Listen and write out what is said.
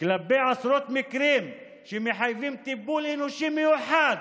כלפי עשרות מקרים שמחייבים טיפול אנושי מיוחד